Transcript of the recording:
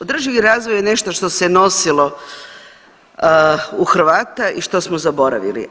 Održivi razvoj je nešto što se nosilo u Hrvata i što smo zaboravili.